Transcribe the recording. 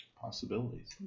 Possibilities